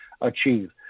achieve